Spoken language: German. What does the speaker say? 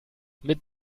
mit